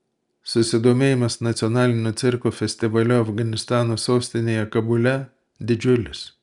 susidomėjimas nacionaliniu cirko festivaliu afganistano sostinėje kabule didžiulis